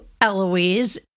Eloise